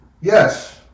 Yes